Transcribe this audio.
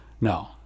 no